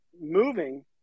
moving